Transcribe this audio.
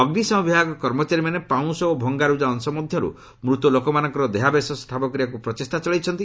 ଅଗ୍ନିଶମ ବିଭାଗ କର୍ମଚାରୀମାନେ ପାଉଁଶ ଓ ଭଙ୍ଗାରୁକା ଅଂଶ ମଧ୍ୟରୁ ମୃତ ଲୋକମାନଙ୍କର ଦେହାବଶେଷ ଠାବ କରିବାକୁ ପ୍ରଚେଷ୍ଟା ଚଳାଇଛନ୍ତି